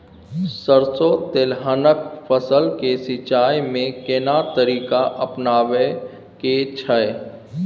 सरसो तेलहनक फसल के सिंचाई में केना तरीका अपनाबे के छै?